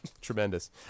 Tremendous